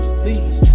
please